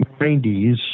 90s